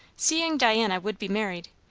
seeing diana would be married,